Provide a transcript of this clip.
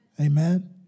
Amen